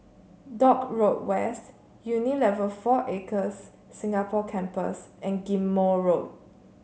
Dock Road West Unilever Four Acres Singapore Campus and Ghim Moh Road